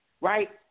right